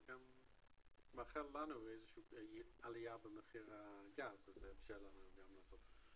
אני מאחל לנו איזה שהיא עלייה במחיר הגז שתאפשר לנו גם לעשות את זה.